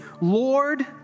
Lord